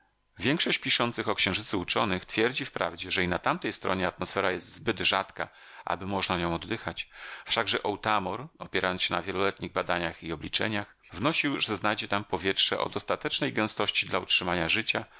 większość piszących o księżycu uczonych twierdzi wprawdzie że i na tamtej stronie atmosfera jest zbyt rzadka aby można nią oddychać wszakże otamor opierając się na wieloletnich badaniach i obliczeniach wnosił że znajdzie tam powietrze o dostatecznej gęstości dla utrzymania życia